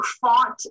fought